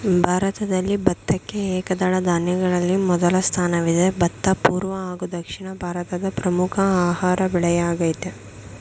ಭಾರತದಲ್ಲಿ ಭತ್ತಕ್ಕೆ ಏಕದಳ ಧಾನ್ಯಗಳಲ್ಲಿ ಮೊದಲ ಸ್ಥಾನವಿದೆ ಭತ್ತ ಪೂರ್ವ ಹಾಗೂ ದಕ್ಷಿಣ ಭಾರತದ ಪ್ರಮುಖ ಆಹಾರ ಬೆಳೆಯಾಗಯ್ತೆ